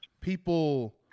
people